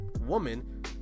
woman